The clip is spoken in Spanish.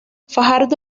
fajardo